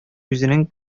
үзенең